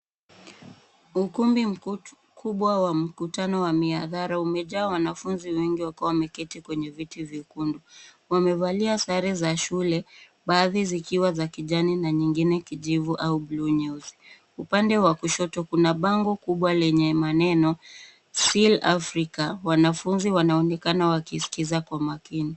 Ukumbi mkubwa wa mkutano wa mihadhara umejaa wanafunzi wengi wakiwa wameketi kwenye viti vyekundu , wamevalia sare za shule baadhi zikiwa za kijani na nyingine kijivu au bluu nyeusi , upande wa kushoto kuna bango kubwa lenye maneno SIL Africa, wanafunzi wanaonekana wakiskiza kwa makini.